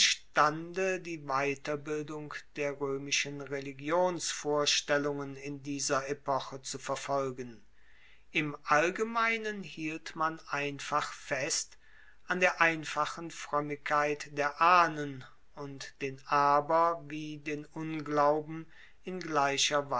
imstande die weiterbildung der roemischen religionsvorstellungen in dieser epoche zu verfolgen im allgemeinen hielt man einfach fest an der einfachen froemmigkeit der ahnen und den aber wie den unglauben in gleicher